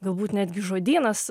galbūt netgi žodynas